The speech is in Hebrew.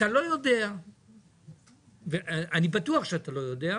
אתה לא יודע ואני בטוח שאתה לא יודע,